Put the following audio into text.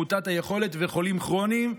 מעוטת היכולת ובחולים כרוניים.